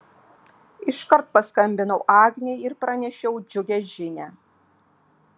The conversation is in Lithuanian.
iškart paskambinau agnei ir pranešiau džiugią žinią